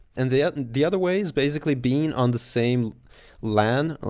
and the ah and the other ways basically being on the same lan,